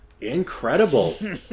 Incredible